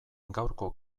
gaurko